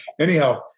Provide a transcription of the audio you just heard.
Anyhow